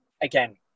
again